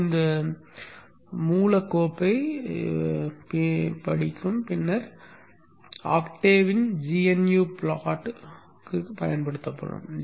எனவே இது இந்த மூலக் கோப்பைப் படிக்கும் பின்னர் ஆக்டேவின் gnu ப்ளாட் ப்ளாட்ற்குப் பயன்படுத்தப்படும்